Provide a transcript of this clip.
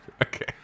Okay